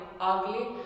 ugly